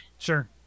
Sure